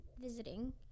visiting